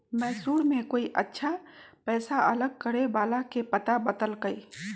मैसूर में कोई अच्छा पैसा अलग करे वाला के पता बतल कई